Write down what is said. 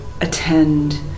attend